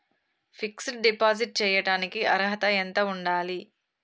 Fix డ్ deposit చేయటానికి అర్హత ఎంత ఉండాలి?